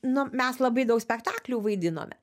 nu mes labai daug spektaklių vaidinome